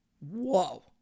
Whoa